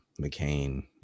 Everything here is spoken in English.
mccain